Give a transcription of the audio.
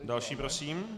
Další prosím.